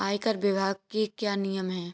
आयकर विभाग के क्या नियम हैं?